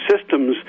systems